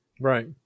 right